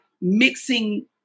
Mixing